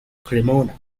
cremona